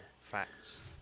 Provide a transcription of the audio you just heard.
facts